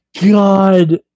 God